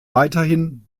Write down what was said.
weiterhin